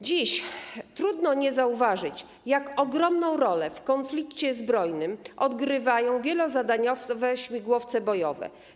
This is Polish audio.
Dziś trudno nie zauważyć, jak ogromną rolę w konflikcie zbrojnym odgrywają wielozadaniowe śmigłowce bojowe.